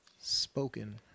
Spoken